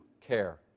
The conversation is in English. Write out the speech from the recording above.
care